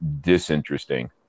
disinteresting